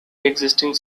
existing